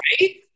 right